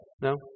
No